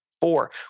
Four